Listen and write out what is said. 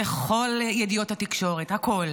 לכל ידיעות התקשורת, הכול,